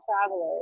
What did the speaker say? travelers